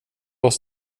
oss